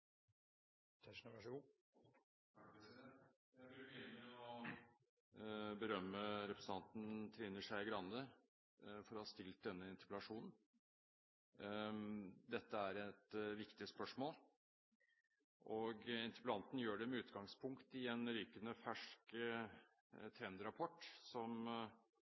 berømme representanten Trine Skei Grande for å ha reist denne interpellasjonen. Dette er et viktig spørsmål, og interpellanten gjør det med utgangspunkt i en rykende fersk trendrapport, som